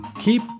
keep